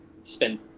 spend